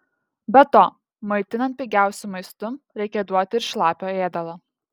be to maitinant pigiausiu maistu reikia duoti ir šlapio ėdalo